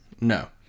No